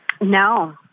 No